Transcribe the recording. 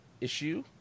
issue